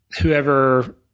whoever